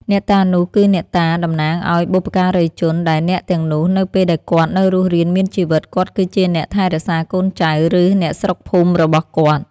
អ្នកតានោះគឺអ្នកតាតំណាងឲ្យបុព្វការីជន ដែលអ្នកទាំងនោះនៅពេលដែលគាត់នៅរស់រានមានជីវិតគាត់គឺជាអ្នកថែរក្សាកូនចៅឬអ្នកស្រុកភូមិរបស់គាត់។